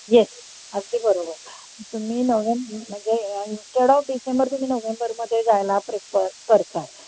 yes अगदी बरोबर तुम्ही नोव्हे म्हणजे इन्स्टेड ऑफ डिसेंबर तुम्ही नोव्हेंबरमध्ये जायला प्रिफर करता आहे